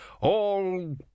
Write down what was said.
All